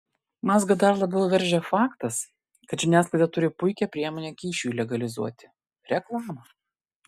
mazgą dar labiau veržia faktas kad žiniasklaida turi puikią priemonę kyšiui legalizuoti reklamą